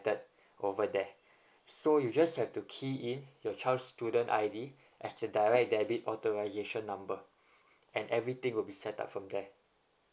over there so you just have to key in your child's student I_D as the direct debit authorisation number and everything will be set up from there